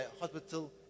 hospital